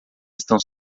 estão